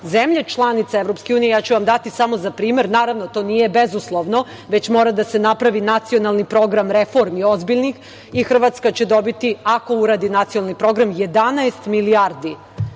zemlje članice EU, ja ću vam dati samo za primer, naravno, to nije bezuslovno, već mora da se napravi nacionalni program ozbiljnih reformi i Hrvatska će dobiti, ako uradi Nacionalni program 11 milijardi